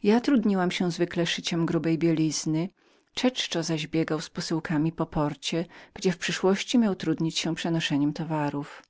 zwykle trudniłam się szyciem grubej bielizny czeko zaś biegał z posyłkami po porcie zanim podrósłszy mógł zajmować się przenoszeniem towarów